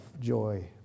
joy